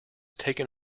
taken